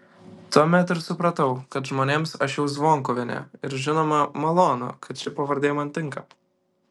tuomet ir supratau kad žmonėms aš jau zvonkuvienė ir žinoma malonu kad ši pavardė man tinka